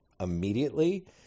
immediately